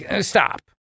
Stop